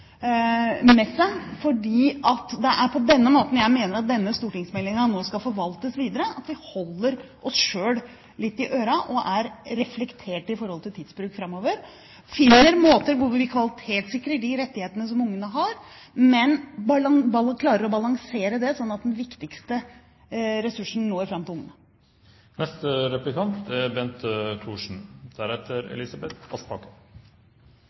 med seg. Måten jeg mener at denne stortingsmeldingen nå skal forvaltes videre på, er at vi holder oss selv litt i ørene, er reflekterte i forhold til tidsbruk framover og finner måter for å kvalitetssikre de rettighetene som ungene har, men klarer å balansere dette, slik at den viktigste ressursen når fram til ungene. Det er